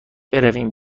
برویم